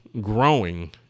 growing